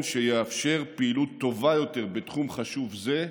שיאפשר פעילות טובה יותר בתחום חשוב זה,